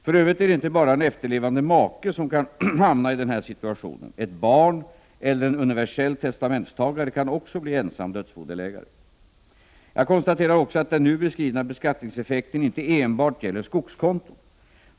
För övrigt är det inte bara en efterlevande make som kan hamna i den här situationen. Ett barn eller en universell testamentstagare kan också bli ensam dödsbodelägare. Jag konstaterar också att den nu beskrivna beskattningseffekten inte enbart gäller skogskonton.